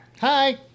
Hi